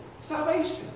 salvation